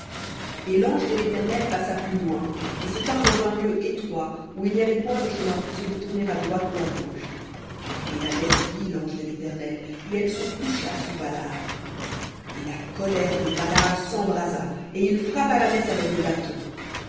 et l'ange de l'éternel passa plus loin et se tint dans un lieu étroit où il n'y avait point de chemin pour se détourner à droite ou à gauche et l'ânesse vit l'ange de l'éternel et elle se coucha sous balaam et la colère de balaam s'embrasa et il frappa l'ânesse avec le